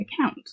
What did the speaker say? account